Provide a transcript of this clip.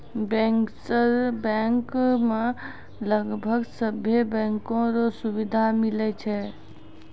bankers bank मे लगभग सभे बैंको रो सुविधा मिलै छै